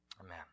amen